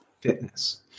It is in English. fitness